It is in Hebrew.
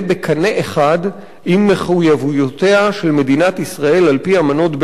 אחד עם מחויבויותיה של מדינת ישראל על-פי אמנות בין-לאומיות,